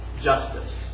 justice